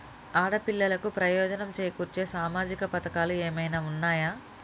ఆడపిల్లలకు ప్రయోజనం చేకూర్చే సామాజిక పథకాలు ఏమైనా ఉన్నయా?